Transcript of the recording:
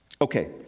Okay